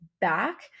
back